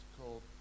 called